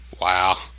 Wow